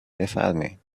بفرمایین